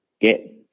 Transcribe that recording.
get